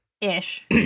Ish